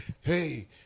hey